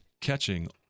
catching